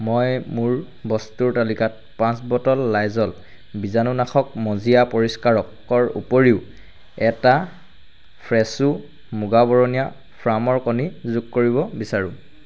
মই মোৰ বস্তুৰ তালিকাত পাঁচ বটল লাইজল বীজাণুনাশক মজিয়া পৰিষ্কাৰকৰ উপৰিও এটা ফ্ৰেছো মুগা বৰণীয়া ফাৰ্মৰ কণী যোগ কৰিব বিচাৰোঁ